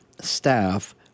staff